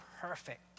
perfect